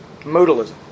Modalism